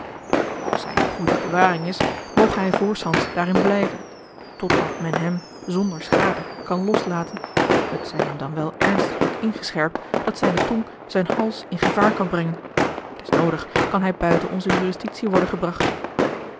als hij in goede bewaring is moge hij voorshands daarin blijven totdat men hem zonder schade kan loslaten het zij hem dan wel ernstiglijk ingescherpt dat zijne tong zijn hals in gevaar kan brengen des noodig kan hij buiten onze jurisdictie worden gebracht